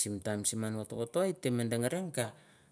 Sim taim siman voto voto it te me dengari nge kea.